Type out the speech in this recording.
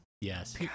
Yes